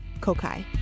Kokai